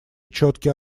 четкий